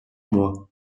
mois